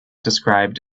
described